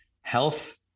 health